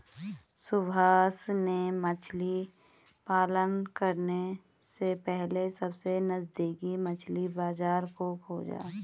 सुभाष ने मछली पालन करने से पहले सबसे नजदीकी मछली बाजार को खोजा